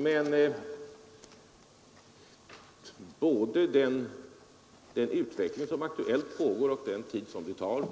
Men den utveckling som för närvarande pågår av fisket kring Islandskusten och den tid som det tar